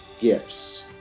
gifts